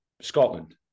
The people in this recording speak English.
Scotland